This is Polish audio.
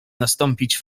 nastąpić